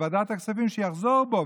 בוועדת הכספים לחזור בו,